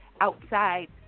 outside